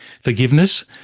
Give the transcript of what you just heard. forgiveness